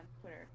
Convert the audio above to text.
twitter